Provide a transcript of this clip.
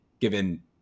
given